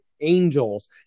angels